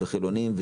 חילונים,